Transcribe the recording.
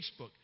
Facebook